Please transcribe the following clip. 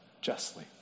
justly